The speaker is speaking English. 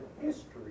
history